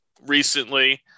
recently